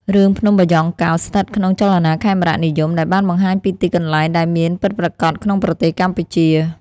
រឿងភ្នំបាយ៉ង់កោ ស្ថិតក្នុងចលនាខេមរនិយម ដែលបានបង្ហាញពីទីកន្លែងដែលមានពិតប្រាកដក្នុងប្រទេសកម្ពុជា។